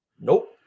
Nope